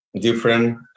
different